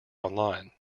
online